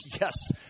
yes